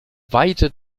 weite